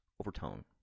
overtone